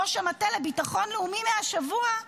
ראש המטה לביטחון לאומי מהשבוע,